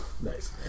Nice